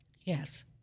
yes